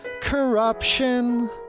corruption